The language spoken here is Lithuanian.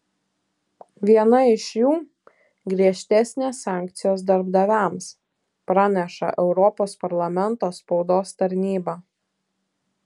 viena iš jų griežtesnės sankcijos darbdaviams praneša europos parlamento spaudos tarnyba